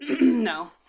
no